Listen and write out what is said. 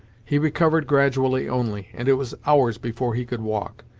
he recovered gradually only, and it was hours before he could walk.